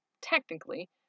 technically